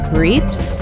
Creeps